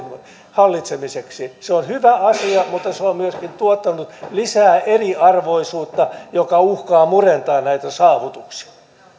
hallitsemiseksi se on hyvä asia mutta se on myöskin tuottanut lisää eriarvoisuutta joka uhkaa murentaa näitä saavutuksia